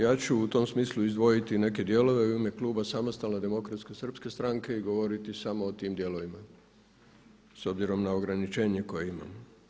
Ja ću u tom smislu izdvojiti i neke dijelove i u ime kluba Samostalne demokratske srpske stranke i govoriti samo o tim dijelovima s obzirom na ograničenje koje imamo.